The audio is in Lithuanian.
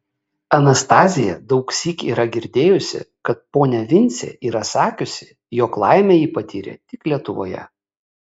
anastazija daugsyk yra girdėjusi kad ponia vincė yra sakiusi jog laimę ji patyrė tik lietuvoje